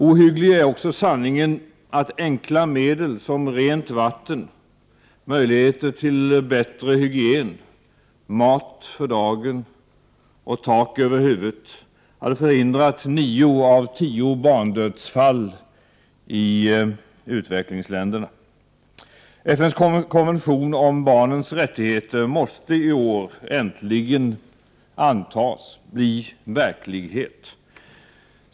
Ohygglig är också sanningen att enkla medel som rent vatten, möjligheter till bättre hygien, mat för dagen och tak över huvudet hade förhindrat nio av tio barndödsfall i utvecklingsländerna. FN:s konvention om barnens rättigheter måste i år äntligen antas och bli verklighet.